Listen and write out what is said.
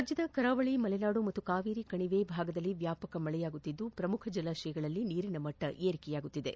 ರಾಜ್ಯದ ಕರಾವಳಿ ಮಲೆನಾಡು ಮತ್ತು ಕಾವೇರಿ ಕಣಿವೆ ಭಾಗದಲ್ಲಿ ವ್ಯಾಪಕ ಮಳೆಯಾಗುತ್ತಿದ್ದು ಪ್ರಮುಖ ಜಲಾಶಯಗಳಲ್ಲಿ ನೀರಿನ ಮಟ್ಟ ಏರಿಕೆಯಾಗುತ್ತಿದೆ